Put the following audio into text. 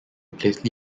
replaced